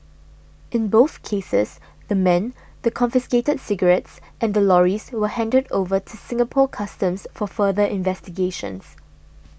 in both cases the men the confiscated cigarettes and the lorries were handed over to Singapore Customs for further investigations